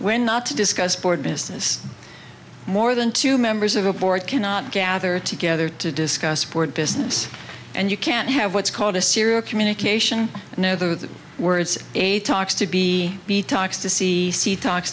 we're not to discuss board business more than two members of a board cannot gather together to discuss board business and you can't have what's called a serial communication no other the words a talks to be be talks to see see talks